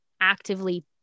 actively